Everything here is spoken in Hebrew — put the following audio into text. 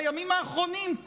בימים האחרונים,